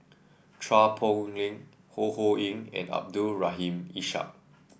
Chua Poh Leng Ho Ho Ying and Abdul Rahim Ishak